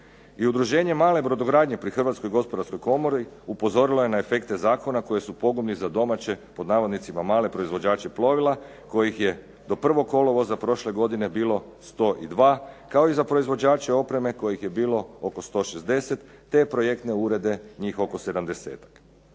udruženje male brodogradnje pri Hrvatskoj gospodarskoj komori upozorilo je na efekte zakona koji su pogubni za domaće "male" proizvođače plovila kojih je do 1. kolovoza prošle godine bilo 102 kao i za proizvođače opreme kojih je bilo oko 160 te projekte urede njih oko